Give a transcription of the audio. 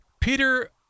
Peter